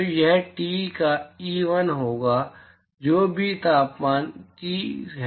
तो वह T का E1 होगा जो भी तापमान T है